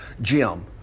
Jim